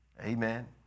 Amen